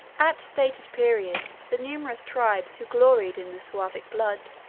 at stated periods, the numerous tribes who gloried in the suevic blood,